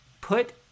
put